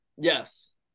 yes